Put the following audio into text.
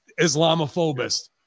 Islamophobist